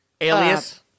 Alias